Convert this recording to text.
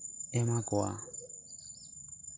ᱮᱢᱟ ᱠᱚᱣᱟ